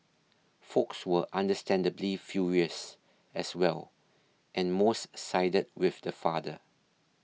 folks were understandably furious as well and most sided with the father